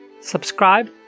subscribe